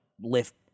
lift